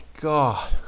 God